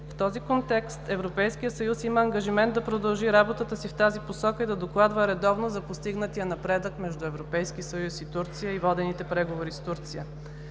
В този контекст Европейският съюз има ангажимент да продължи работата си в тази посока и да докладва редовно за постигнатия напредък между Европейския съюз и Турция и водените преговори с Турция.